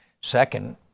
Second